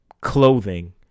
clothing